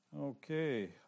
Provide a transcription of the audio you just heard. Okay